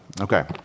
Okay